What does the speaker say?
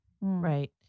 Right